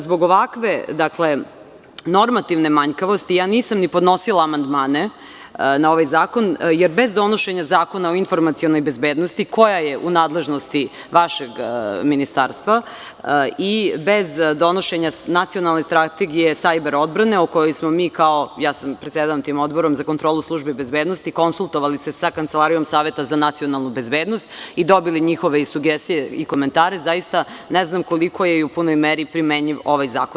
Zbog ovakve normativne manjkavosti, nisam ni podnosila amandmane na ovaj zakon, jer bez donošenja zakona o informacionoj bezbednosti, koja je u nadležnosti vašeg ministarstva i bez donošenja nacionalne strategije sajber odbrane, o kojoj smo mi, ja predsedavam tim Odborom za kontrolu službe bezbednosti, konsultovali se sa Kancelarijom saveta za nacionalnu bezbednost i dobili njihove i sugestije i komentare, zaista ne znam koliko je i u punoj meri primenjiv ovaj zakon.